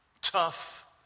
tough